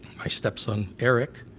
my stepson eric,